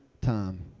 time